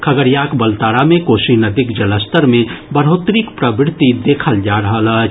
खगड़ियाक बलतारा मे कोसी नदीक जलस्तर मे बढ़ोत्तरीक प्रवृत्ति देखल जा रहल अछि